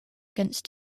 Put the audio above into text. against